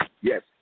Yes